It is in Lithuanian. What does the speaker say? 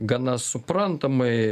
gana suprantamai